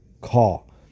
call